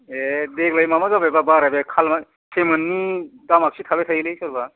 ए देग्लाय माबा जाबाय बा बारायबाय खालमासि सेमोननि दामआखि थाबाय थायोलै सोरबा